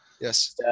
Yes